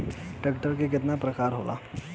Tractor के केतना प्रकार होला?